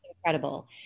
incredible